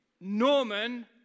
Norman